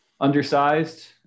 undersized